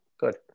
Good